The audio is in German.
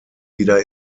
wieder